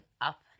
up